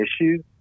issues